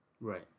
right